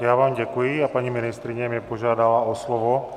Já vám děkuji a paní ministryně mě požádala o slovo.